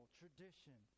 tradition